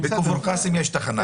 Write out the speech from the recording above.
בכפר קאסם יש תחנה.